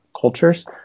cultures